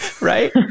Right